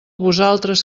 vosaltres